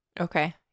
Okay